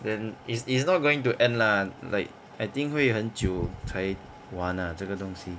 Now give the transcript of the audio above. then it's it's not going to end lah like I think 会很久才完 ah 这个东西